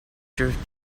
drift